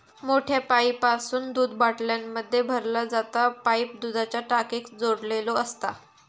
मोठ्या पाईपासून दूध बाटल्यांमध्ये भरला जाता पाईप दुधाच्या टाकीक जोडलेलो असता